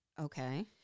Okay